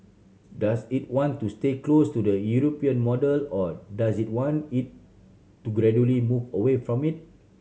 does it want to stay close to the European model or does it want to gradually move away from it